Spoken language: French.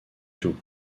tout